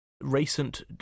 Recent